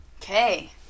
Okay